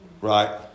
Right